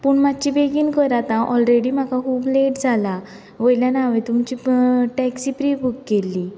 पूण मातशें बेगीन करात आं ऑलरेडी म्हाका खूब लेट जाला वयल्यान हांवें तुमची टेक्सी प्रिबूक केल्ली